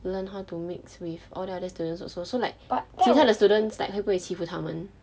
learn how to mix with all the other students also so like 其他的 students like 会不会欺负他们